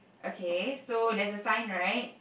okay so that's a sign right